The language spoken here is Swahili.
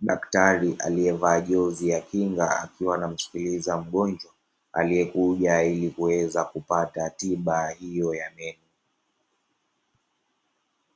Daktari aliye vaa jozi ya kinga akiwa anamsikiliza mgonjwa aliyekuja ili kuweza kupata tiba hiyo ya meno.